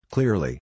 Clearly